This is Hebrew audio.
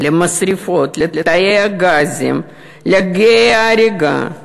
לתאי הגזים, לגיא ההריגה.